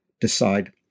decide